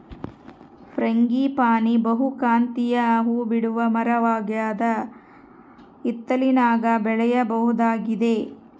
frangipani ಬಹುಕಾಂತೀಯ ಹೂಬಿಡುವ ಮರವಾಗದ ಹಿತ್ತಲಿನಾಗ ಬೆಳೆಯಬಹುದಾಗಿದೆ